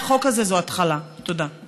כי זה לא בסדר העדיפויות שלכם.